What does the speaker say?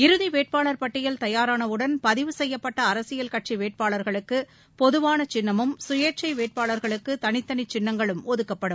இறுதி வேட்பாள் பட்டியல் தயாரான உடன் பதிவு செய்யப்பட்ட அரசியல் கட்சி வேட்பாளா்களுக்கு பொதுவான சின்னமும் சுயேட்சை வேட்பாளா்களுக்கு தனித்தனி சின்னங்களும் ஒதுக்கப்படும்